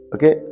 Okay